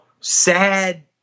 sad